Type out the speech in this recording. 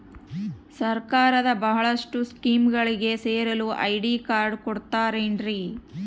ಸರ್ಕಾರದ ಬಹಳಷ್ಟು ಸ್ಕೇಮುಗಳಿಗೆ ಸೇರಲು ಐ.ಡಿ ಕಾರ್ಡ್ ಕೊಡುತ್ತಾರೇನ್ರಿ?